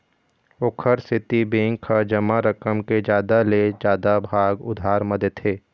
ओखर सेती बेंक ह जमा रकम के जादा ले जादा भाग उधार म देथे